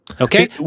Okay